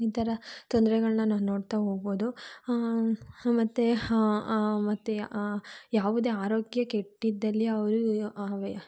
ಈ ಥರ ತೊಂದ್ರೆಗಳನ್ನ ನಾವು ನೋಡ್ತಾ ಹೋಗ್ಬೋದು ಮತ್ತು ಮತ್ತು ಯಾವುದೇ ಆರೋಗ್ಯ ಕೆಟ್ಟಿದ್ದಲ್ಲಿ ಅವರು ಅವೇ